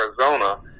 Arizona